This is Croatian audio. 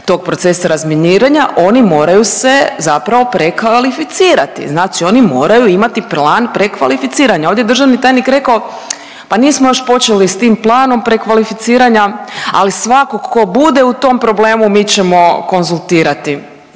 tog procesa razminiranja, oni moraju se zapravo prekvalificirati, znači oni moraju imati plan prekvalificiranja. Ovdje državni tajnik je rekao, pa nismo još počeli s tim planom prekvalificiranja, ali svakog ko bude u tom problemu mi ćemo konzultirati.